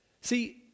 See